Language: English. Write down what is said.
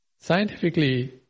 Scientifically